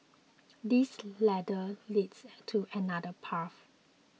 this ladder leads to another path